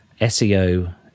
SEO